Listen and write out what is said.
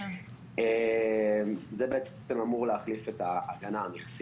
כדי לאפשר את הרפורמה בענף ההטלה,